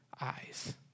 eyes